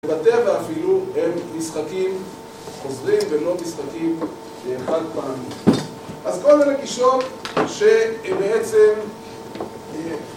בטבע אפילו, הם משחקים חוזרים, ולא משחקים חד פעמיים, אז כל מיני גישות שבעצם